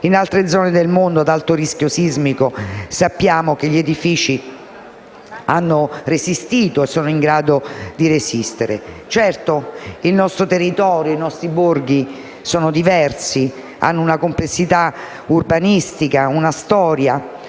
In altre zone del mondo ad alto rischio sismico sappiamo che gli edifici hanno resistito e che sono in grado di resistere. Certo, il nostro territorio e i nostri borghi sono diversi per complessità urbanistica e per storia.